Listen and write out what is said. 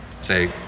say